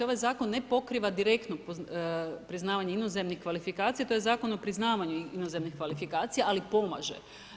Ovaj zakon ne pokriva direktno priznavanje inozemnih kvalifikacija, to je Zakon o priznavanju inozemnih kvalifikacija ali pomaže.